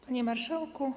Panie Marszałku!